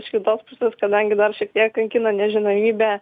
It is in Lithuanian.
iš kitos pusės kadangi dar šiek tiek kankina nežinomybė